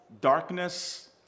darkness